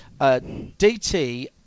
DT